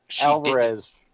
Alvarez